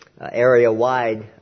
area-wide